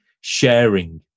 sharing